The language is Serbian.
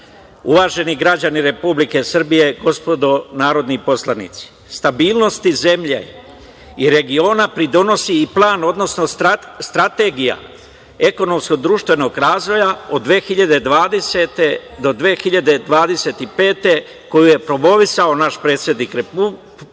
Srbije. Uvaženi građani Republike Srbije, gospodo narodni poslanici, stabilnosti zemlje i regiona pridonosi i plan, odnosno strategija ekonomsko-društvenog razvoja od 2020. do 2025. godine, koju je promovisao naš predsednik Republike,